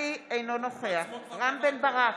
אינו נוכח גבי אשכנזי, אינו נוכח רם בן ברק?